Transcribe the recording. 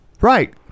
Right